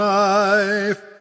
life